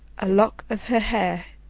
a lock of her hair,